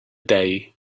day